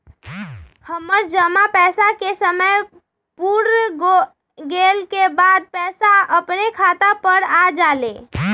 हमर जमा पैसा के समय पुर गेल के बाद पैसा अपने खाता पर आ जाले?